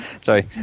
sorry